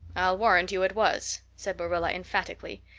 warrant you it was, said marilla emphatically.